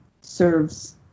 serves